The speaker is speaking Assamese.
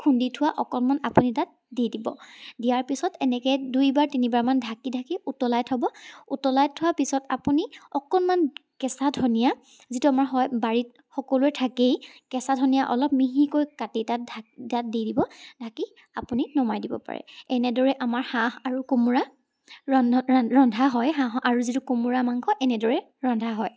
খুন্দি থোৱা অকণমান আপুনি তাত দি দিব দিয়াৰ পিছত এনেকৈ দুইবাৰ তিনিবাৰমান ঢাকি ঢাকি উতলাই থ'ব উতলাই থোৱাৰ অলপ পিছত আপুনি অকণমান কেঁচা ধনিয়া যিটো আমাৰ হয় বাৰীত সকলোৰে থাকেই কেঁচা ধনিয়া অলপ মিহিকৈ কাটি তাত ঢা তাত দি দিব ঢাকি আপুনি তাত নমাই দিব পাৰে এনেদৰেই আমাৰ হাঁহ আৰু কোমোৰা ৰন্ধ ৰন্ধা হয় আৰু যিটো কোমোৰা মাংস এনেদৰেই ৰন্ধা হয়